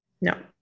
No